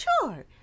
Sure